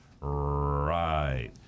Right